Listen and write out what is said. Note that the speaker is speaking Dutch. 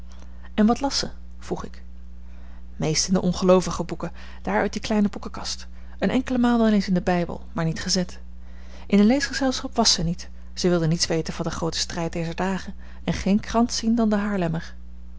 en wat las ze vroeg ik meest in de ongeloovige boeken daar uit die kleine boekenkast een enkele maal wel eens in den bijbel maar niet gezet in een leesgezelschap was zij niet zij wilde niets weten van den grooten strijd dezer dagen en geen krant zien dan de haarlemmer